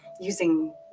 using